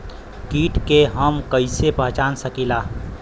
कीट के हम कईसे पहचान सकीला